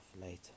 later